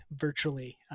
virtually